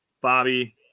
Bobby